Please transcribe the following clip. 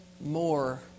more